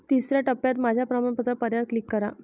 तिसर्या टप्प्यात माझ्या प्रमाणपत्र पर्यायावर क्लिक करा